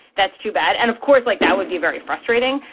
that's too bad. and of course, like that would be very frustrating.